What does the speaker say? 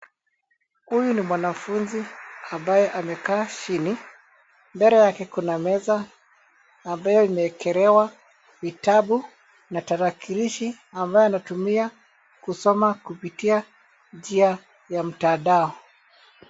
Huyu ni mwanafunzi ambaye amekaa chini, mbele yake kuna meza ambayo imeekelewa vitabu na tarakilishi ambayo inatumika kusoma kupitia njia ya mtandao.